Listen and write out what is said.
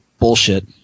Bullshit